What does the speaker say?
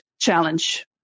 challenge